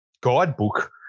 guidebook